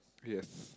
yes